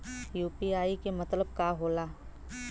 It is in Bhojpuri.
यू.पी.आई के मतलब का होला?